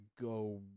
go